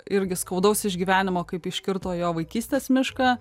irgi skaudaus išgyvenimo kaip iškirto jo vaikystės mišką